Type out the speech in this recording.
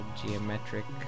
geometric